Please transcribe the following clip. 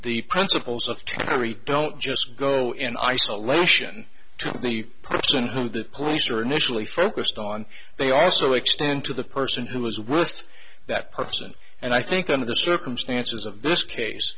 the principles of temporary don't just go in isolation to the person who the police are initially focused on they also extend to the person who was with that person and i think under the circumstances of this case